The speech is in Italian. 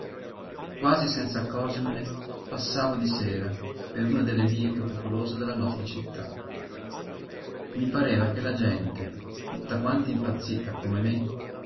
quasi senza accorgermene passavo di sera per una delle vie piú popolose della nostra città mi pareva che la gente tutta quanta impazzita come me